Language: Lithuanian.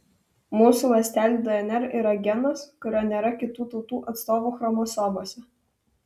mūsų ląstelių dnr yra genas kurio nėra kitų tautų atstovų chromosomose